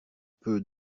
peu